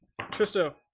Tristo